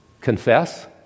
confess